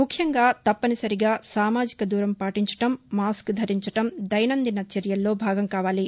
ముఖ్యంగా తప్పనిసరిగా సామాజిక దూరం పాటించడం మాస్కు ధరించడం దైనందిన చర్యల్లో భాగం కావాలి